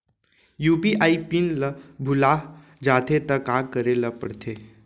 UPI pin ल भुला जाथे त का करे ल पढ़थे?